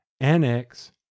annex